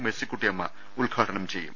Mercy Kuttiyamma ഉദ്ഘാടനം ചെയ്യും